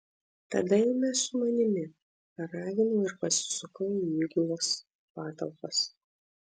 tada eime su manimi paraginau ir pasisukau į įgulos patalpas